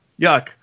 yuck